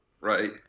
right